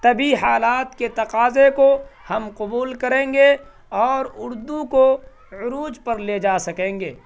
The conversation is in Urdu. تبھی حالات کے تقاضے کو ہم قبول کریں گے اور اردو کو عروج پر لے جا سکیں گے